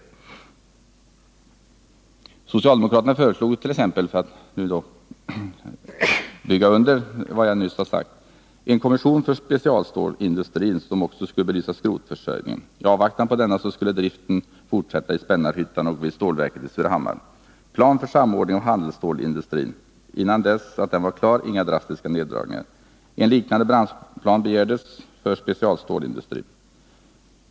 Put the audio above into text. För att bygga under vad jag nyss har sagt vill jag peka på några förslag från socialdemokraterna. De föreslog en kommission för specialstålsindustrin som också skulle belysa skrotförsörjningen. I avvaktan på denna skulle driften fortsätta i Spännarhyttan och vid stålverket i Surahammar. De föreslog en plan för samordning av handelsstålsindustrin. Innan den planen var klar skulle inga drastiska neddragningar ske. En liknande branschplan begärdes för specialstålsindustrin.